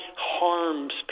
harms